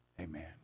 Amen